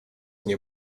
nie